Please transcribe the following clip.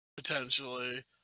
Potentially